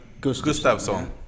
Gustavsson